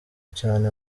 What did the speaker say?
cyane